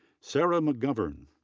sara mcgovern,